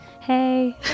Hey